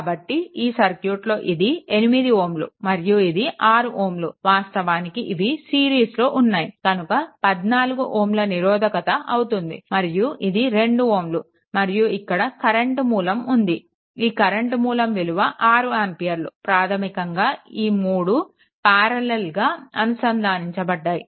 కాబట్టి ఈ సర్క్యూట్లో ఇది 8 Ω మరియు ఇది 6 Ω వాస్తవానికి ఇవి సిరీస్లో ఉన్నాయి కనుక 14 Ω నిరోధకత అవుతుంది మరియు ఇది 2 Ω మరియు ఇక్కడ కరెంట్ మూలం ఉంది ఈ కరెంట్ మూలం విలువ 6 ఆంపియర్లు ప్రాధమికంగా ఈ 3 ప్యారలల్గా అనుసంధానించబడ్డాయి